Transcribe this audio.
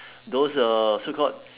those uh so called